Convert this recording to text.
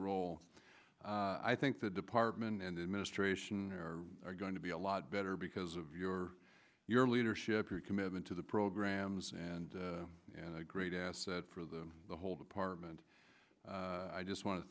role i think the department and the administration are going to be a lot better because of your your leadership your commitment to the programs and and a great asset for the whole department i just want to